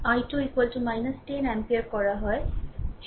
সুতরাং যদি I2 10 ampere করা হয়